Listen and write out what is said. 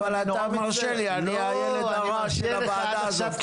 אבל אתה מרשה, אני הילד הרע של הוועדה הזאת.